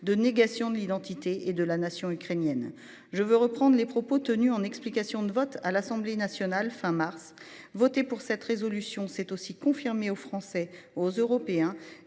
de négation de l'identité et de la nation ukrainienne. Je veux reprendre les propos tenus en explications de vote à l'Assemblée nationale fin mars. Voter pour cette résolution c'est aussi confirmé aux Français aux Européens